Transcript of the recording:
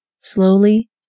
Slowly